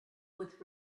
with